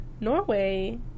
Norway